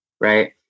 Right